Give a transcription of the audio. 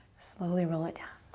slowly roll it down.